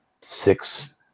six